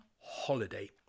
holiday